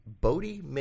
Bodie